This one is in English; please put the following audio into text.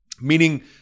Meaning